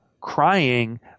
crying